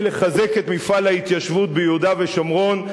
לחזק את מפעל ההתיישבות ביהודה ושומרון.